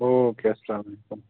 او کے اسلام وعلیکُم